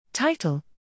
Title